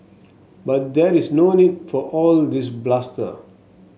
but there is no need for all this bluster